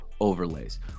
overlays